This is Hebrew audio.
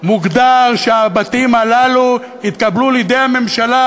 מוגדר שהבתים הללו יתקבלו לידי הממשלה